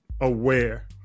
aware